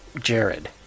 Jared